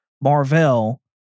Marvel